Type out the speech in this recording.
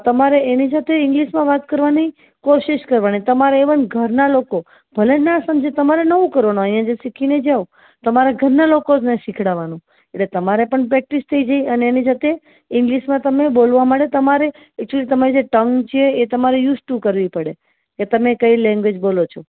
તમારે એની સાથે ઇંગ્લિશમાં વાત કરવાની કોશિશ કરવાની તમારે ઇવન ઘરના લોકો ભલેને ન સમજે તમારું નવું કરવાનું અહીંયાથી શીખીને જાઓ તમારા ઘરના બોલો જ એને શીખવાડવાનું એટલે તમારે પણ પ્રેક્ટિસ થઈ ગઈ અને એની સાથે ઇંગ્લિશમાં તમારે બોલવા માટે તમારે એકચ્યુલી તમારી જે ટંગ છે એ તમારે યુઝ ટુ કરવી પડે કે તમે કઈ લેંગ્વેજ બોલો છો